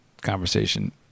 conversation